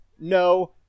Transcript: No